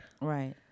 Right